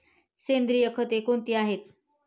सेंद्रिय खते कोणती आहेत?